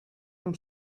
from